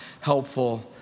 helpful